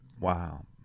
wow